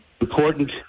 important